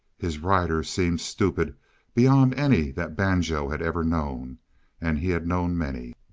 his rider seemed stupid beyond any that banjo had ever known and he had known many.